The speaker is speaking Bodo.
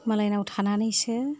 मालायनाव थानानैसो